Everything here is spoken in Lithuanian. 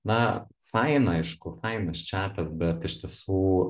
na faina aišku fainas četas bet iš tiesų